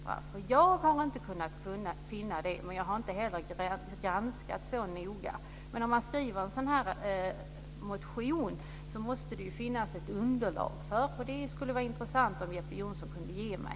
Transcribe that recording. Jag har inte kunnat finna det. Jag har inte heller granskat så noga. Men om man skriver en sådan här motion måste det ju finnas ett underlag för den. Detta skulle det vara intressant om Jeppe Johnsson kunde ge mig.